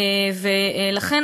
ולכן,